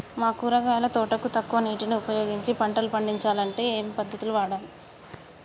మా కూరగాయల తోటకు తక్కువ నీటిని ఉపయోగించి పంటలు పండించాలే అంటే పద్ధతులు ఏంటివి?